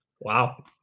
Wow